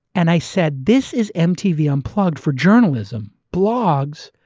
and i said this is mtv unplugged for journalism. blogs,